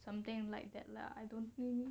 something like that lah I don't think